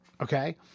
Okay